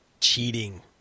Cheating